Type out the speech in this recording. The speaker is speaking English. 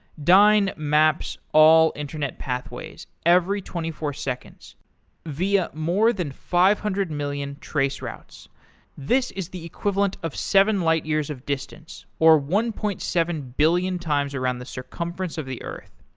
dyn maps all internet pathways every twenty four seconds via more than five hundred million traceroutes. this is the equivalent of seven light years of distance, or one point seven billion times around the circumference of the earth.